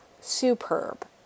superb